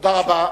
תודה רבה.